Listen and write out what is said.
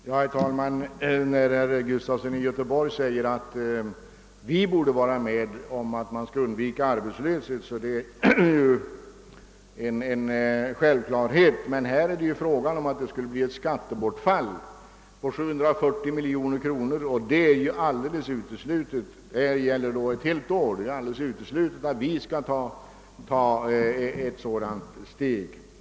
Herr talman! Herr Gustafsons i Göteborg konstaterande, att vi borde vara med om att försöka undvika arbetslöshet, är en självklarhet. Men det är i detta fall fråga om ett skattebortfall på 740 miljoner kronor under ett år, och det är alldeles uteslutet att vi skulle ta ett sådant steg.